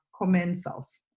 commensals